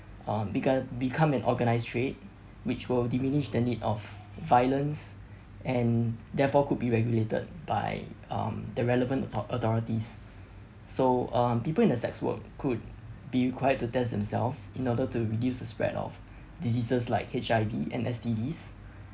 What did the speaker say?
um beco~ become an organised trade which will diminish the need of violence and therefore could be regulated by um the relevant autho~ authorities so um people in a sex work could be required to test themself in order to reduce the spread of diseases like H_I_V and S_T_Ds